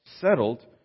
settled